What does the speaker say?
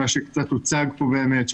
מה שקצת הוצג פה באמת,